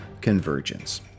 Convergence